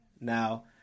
Now